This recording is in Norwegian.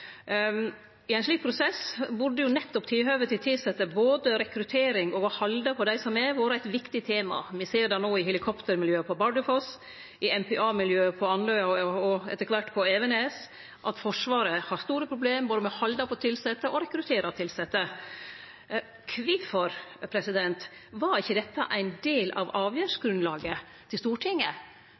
I ein slik prosess burde nettopp tilhøvet for tilsette, både rekruttering og det å halde på dei som er, vore eit viktig tema. Me ser det no både i helikoptermiljøet på Bardufoss, i MPA-miljøet på Andøya og etter kvart på Evenes at Forsvaret har store problem med både å halde på tilsette og å rekruttere tilsette. Kvifor var ikkje dette ein del av avgjerdsgrunnlaget til Stortinget?